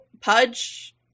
Pudge